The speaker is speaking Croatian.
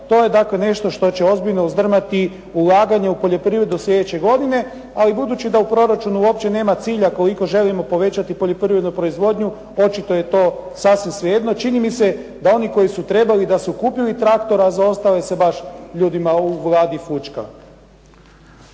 To je nešto što će ozbiljno uzdrmati ulaganja u poljoprivredu sljedeće godine. Ali budući da u proračunu uopće nema cilja koliko želimo povećati poljoprivrednu proizvodnju, očito je to sasvim svejedno. Čini mi se da oni koji su trebali da su kupili traktori, a za ostale se baš ljudima u vladi baš